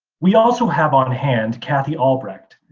we also have on-hand, kathy albrecht,